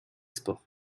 sport